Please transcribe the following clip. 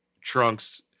Trunks